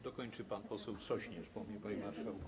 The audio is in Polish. Dokończy pan poseł Sośnierz po mnie, panie marszałku.